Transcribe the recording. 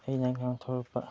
ꯑꯩꯅ ꯉꯥꯡꯊꯣꯔꯛꯄ